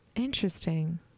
Interesting